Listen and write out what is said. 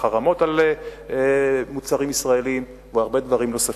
החרמות של מוצרים ישראליים והרבה דברים נוספים.